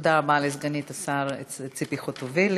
תודה רבה לסגנית השר ציפי חוטובלי.